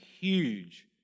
huge